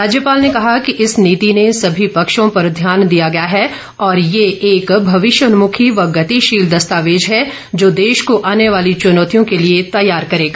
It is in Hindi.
राज्यपाल ने कहा कि इस नीति ने सभी पक्षों पर ध्यान दिया गया है और ये एक भविष्यन्मुखी व गतिशील दस्तावेज है जो देश को आने वाली चुनौतियों के लिए तैयार करेगा